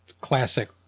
classic